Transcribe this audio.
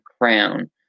crown